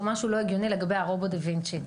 משהו לא הגיוני לגבי הרובוט דה וינצ'י.